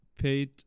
paid